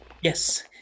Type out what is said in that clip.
Yes